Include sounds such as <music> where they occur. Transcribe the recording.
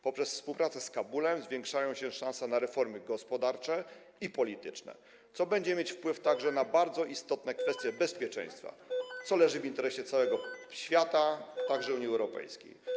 Poprzez współpracę z Kabulem zwiększają się szanse na reformy gospodarcze i polityczne, co będzie mieć także wpływ <noise> na bardzo istotne kwestie bezpieczeństwa, co leży w interesie całego świata, także Unii Europejskiej.